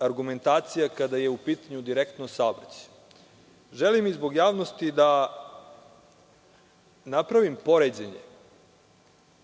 argumentacija kada je u pitanju direktno saobraćaj. Želim i zbog javnosti da napravim poređenje